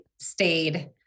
stayed